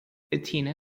athena